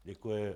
Děkuji.